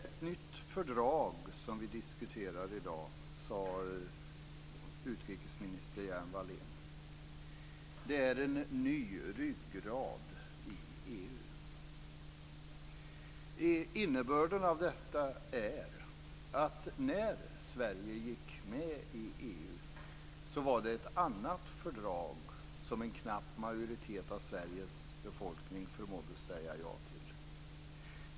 Fru talman! Det är ett nytt fördrag som vi diskuterar i dag, sade utrikesminister Hjelm-Wallén. Det är en ny ryggrad i EU. Innebörden av detta är att när Sverige gick med i EU var det ett annat fördrag som en knapp majoritet av Sveriges befolkning förmåddes säga ja till.